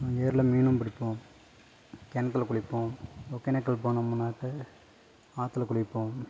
எங்கள் ஏரியில மீனும் பிடிப்போம் கிணத்துல குளிப்போம் ஒகேனக்கல் போனமுனாக்க ஆற்றுல குளிப்போம்